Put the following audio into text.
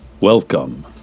Welcome